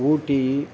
ஊட்டி